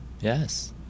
Yes